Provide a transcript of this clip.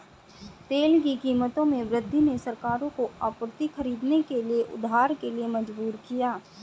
तेल की कीमतों में वृद्धि ने सरकारों को आपूर्ति खरीदने के लिए उधार के लिए मजबूर किया